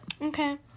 Okay